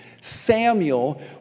Samuel